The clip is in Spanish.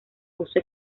uso